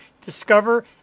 discover